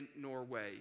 Norway